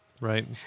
Right